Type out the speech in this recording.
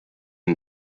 and